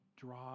draw